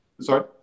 Sorry